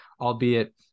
albeit